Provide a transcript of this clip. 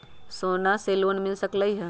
सोना से लोन मिल सकलई ह?